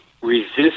resist